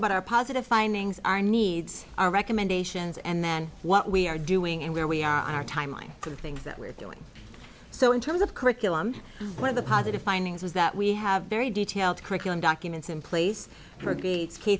about our positive findings our needs our recommendations and then what we are doing and where we are on our timeline for the things that we're doing so in terms of curriculum one of the positive findings is that we have very detailed curriculum documents in place for grades k